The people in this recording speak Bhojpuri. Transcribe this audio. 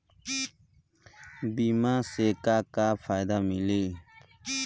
बीमा से का का फायदा मिली?